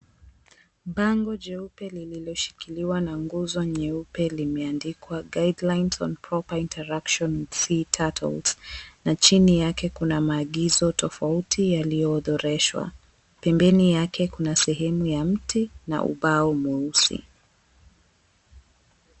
Bango jeupe lililoshikiliwa na nguzo jeupe limeandikwa, "Guidelines in proper interactions with sea turtles," na chini yake kuna maagizo tofauti yaliyoorodheshwa pembeni yake kuna sehemu ya mti wenye ubao mweusi.